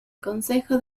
consejo